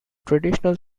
traditional